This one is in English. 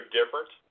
different